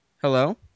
Hello